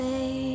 Say